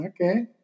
Okay